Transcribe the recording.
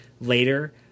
later